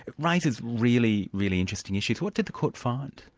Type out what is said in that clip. it raises really, really interesting issues. what did the court find?